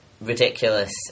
Ridiculous